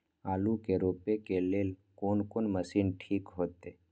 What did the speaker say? आलू के रोपे के लेल कोन कोन मशीन ठीक होते?